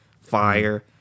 Fire